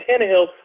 Tannehill